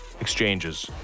exchanges